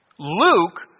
Luke